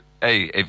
Hey